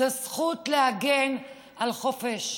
זו זכות להגן על החופש,